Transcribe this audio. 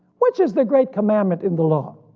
which is the great commandment in the law?